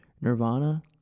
Nirvana